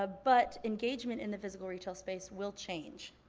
ah but engagement in the physical retail space will change.